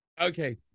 okay